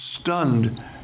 stunned